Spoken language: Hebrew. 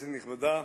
כנסת נכבדה,